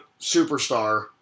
superstar